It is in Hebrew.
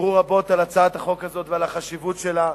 דיברו רבות על הצעת החוק הזאת ועל החשיבות שלה,